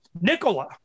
Nicola